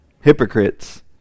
hypocrites